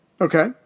Okay